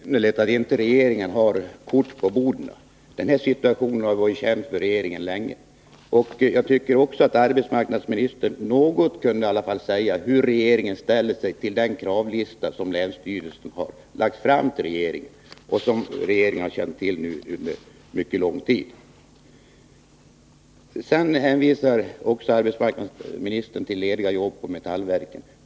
Herr talman! Det är besynnerligt att regeringen inte har korten på bordet. Den här situationen har ju varit känd för regeringen länge. Jag tycker också att arbetsmarknadsministern kunde säga någonting om hur regeringen ställer sig till den kravlista som länsstyrelsen har lagt fram för regeringen och som regeringen känt till under mycket lång tid. Arbetsmarknadsministern hänvisar vidare till lediga jobb på Metallverken.